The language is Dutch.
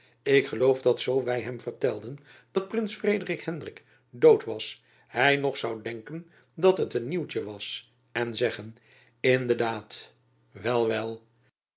ik geloof dat zoo wy hem vertelden dat prins frederik hendrik dood was hy nog zoû denken dat het een nieuwtjen was en zeggen in de daad wel wel